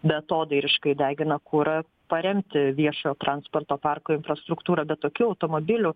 beatodairiškai degina kurą paremti viešojo transporto parko infrastruktūrą bet tokių automobilių